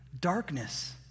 darkness